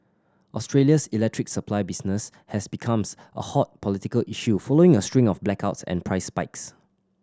Australia's electricity supply business has becomes a hot political issue following a string of blackouts and price spikes